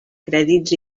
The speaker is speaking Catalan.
crèdits